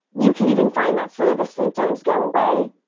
you can even find that some of the symptoms go away,